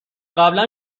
قبلا